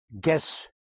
guess